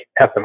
ethanol